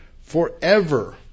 forever